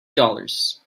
dollars